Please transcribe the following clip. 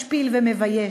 משפיל ומבייש?